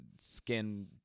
Skin